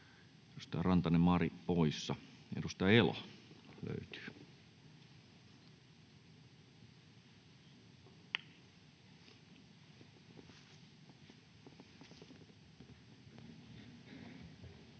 Edustaja Elo löytyy.